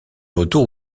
retour